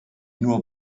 nur